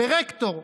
לרקטור?